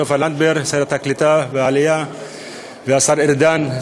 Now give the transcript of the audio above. סופה לנדבר שרת העלייה והקליטה והשר ארדן,